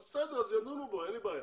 אז בסדר, ידונו בו, אין לי בעיה,